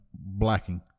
blacking